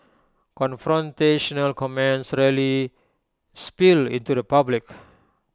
confrontational comments rarely spill into the public